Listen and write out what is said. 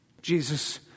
Jesus